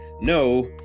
No